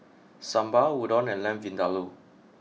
Sambar Udon and Lamb Vindaloo